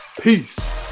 peace